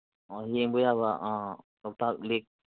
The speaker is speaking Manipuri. ꯌꯦꯡꯕ ꯌꯥꯕ ꯂꯣꯛꯇꯥꯛ ꯂꯦꯛ